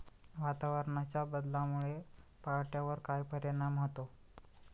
वातावरणाच्या बदलामुळे पावट्यावर काय परिणाम होतो?